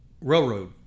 railroad